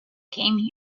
came